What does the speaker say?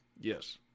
Yes